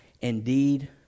Indeed